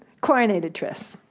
chlorinated tris,